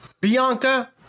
Bianca